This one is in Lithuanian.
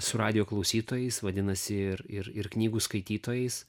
su radijo klausytojais vadinasi ir ir knygų skaitytojais